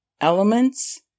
elements